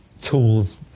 tools